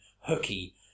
hooky